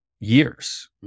Years